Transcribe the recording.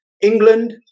England